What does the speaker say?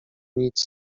nic